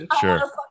Sure